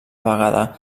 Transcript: vegada